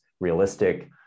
realistic